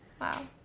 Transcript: Wow